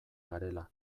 garela